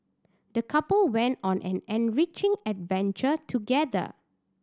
the couple went on an enriching adventure together